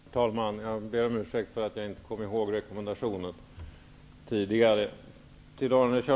Herr talman! Jag ber om ursäkt för att jag när jag hade min förra replik glömde den rekommendation som herr talman påminde om.